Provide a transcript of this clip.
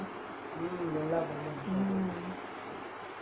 mm